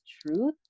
truth